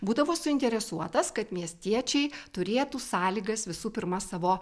būdavo suinteresuotas kad miestiečiai turėtų sąlygas visų pirma savo